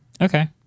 okay